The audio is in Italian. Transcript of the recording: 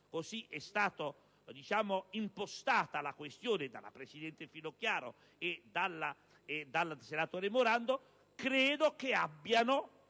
così è stata impostata la questione dalla presidente Finocchiaro e dal senatore Morando - sia una risposta